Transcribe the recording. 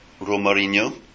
Romarinho